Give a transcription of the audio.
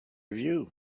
view